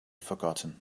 forgotten